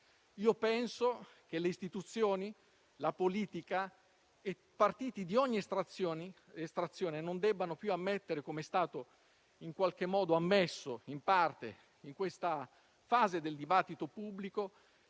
io penso che le istituzioni, la politica e partiti di ogni estrazione non debbano più ammettere, come è stato in qualche modo ammesso in parte in questa fase del dibattito pubblico,